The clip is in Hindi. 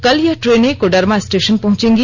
कल यह ट्रेनें कोडरमा स्टेशन पहुंचेगी